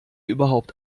überhaupt